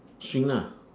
shrink lah